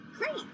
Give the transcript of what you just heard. great